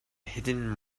hidden